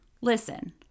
Listen